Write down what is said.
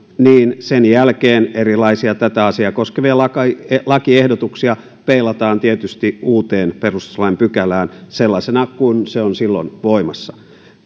niin sen jälkeen tätä asiaa koskevia erilaisia lakiehdotuksia peilataan tietysti uuteen perustuslain pykälään sellaisena kuin se on silloin voimassa